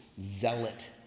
zealot